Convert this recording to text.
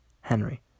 Henry